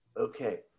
Okay